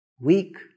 Weak